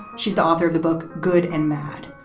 she's the author of the book good and mad.